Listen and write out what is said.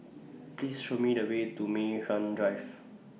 Please Show Me The Way to Mei Hwan Drive